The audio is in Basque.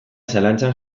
zalantzan